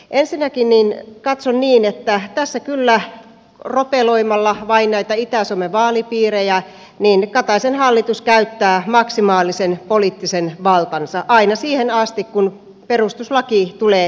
ensinnäkin katson niin että tässä kyllä ropeloimalla vain näitä itä suomen vaalipiirejä kataisen hallitus käyttää maksimaalisen poliittisen valtansa aina siihen asti kun perustuslaki tulee vastaan